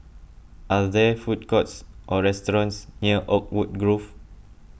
are there food courts or restaurants near Oakwood Grove